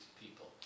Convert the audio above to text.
people